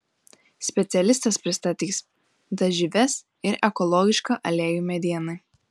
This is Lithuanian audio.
specialistas pristatys dažyves ir ekologišką aliejų medienai